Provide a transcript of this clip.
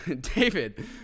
David